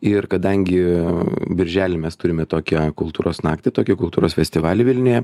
ir kadangi birželį mes turime tokią kultūros naktį tokį kultūros festivalį vilniuje